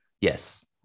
Yes